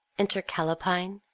enter callapine,